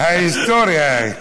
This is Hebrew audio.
היסטוריה.